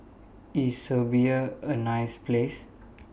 IS Serbia A nice Place